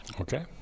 Okay